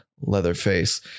Leatherface